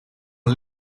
een